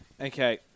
Okay